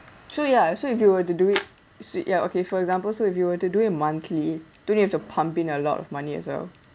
so ya so if you were to do it so ya okay for example so if you were to do it monthly don't need to pump in a lot of money as well